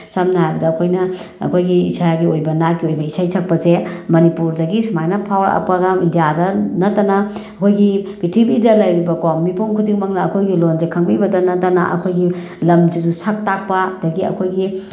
ꯁꯝꯅ ꯍꯥꯏꯔꯕꯗ ꯑꯩꯈꯣꯏꯅ ꯑꯩꯈꯣꯏꯒꯤ ꯏꯁꯥꯒꯤ ꯑꯣꯏꯕ ꯅꯥꯠꯀꯤ ꯑꯣꯏꯕ ꯏꯁꯩ ꯁꯛꯄꯁꯦ ꯃꯅꯤꯄꯨꯔꯗꯒꯤ ꯁꯨꯃꯥꯏꯅ ꯐꯥꯎꯔꯛꯄꯒ ꯏꯟꯗꯤꯌꯥꯗ ꯅꯠꯇꯅ ꯑꯩꯈꯣꯏꯒꯤ ꯄ꯭ꯔꯤꯊꯤꯕꯤꯗ ꯂꯩꯔꯤꯕꯀꯣ ꯃꯤꯄꯨꯝ ꯈꯨꯗꯤꯡꯃꯛꯅ ꯑꯩꯈꯣꯏꯒꯤ ꯂꯣꯜꯁꯦ ꯈꯪꯕꯤꯕꯗ ꯅꯠꯇꯅ ꯑꯩꯈꯣꯏꯒꯤ ꯂꯝꯁꯤꯁꯨ ꯁꯛ ꯇꯥꯛꯄ ꯑꯗꯒꯤ ꯑꯩꯈꯣꯏꯒꯤ